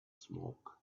smoke